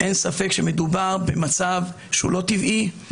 אין ספק שמדובר במצב לא טבעי,